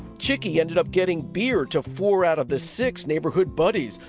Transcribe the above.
chickie ended up getting beer to four out of the six neighborhood buddies.